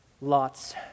Lot's